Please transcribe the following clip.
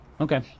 Okay